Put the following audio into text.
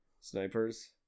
snipers